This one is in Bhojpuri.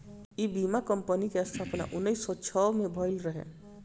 इ बीमा कंपनी के स्थापना उन्नीस सौ छह में भईल रहे